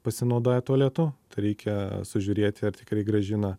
pasinaudoję tualetu tai reikia sužiūrėti ar tikrai grąžina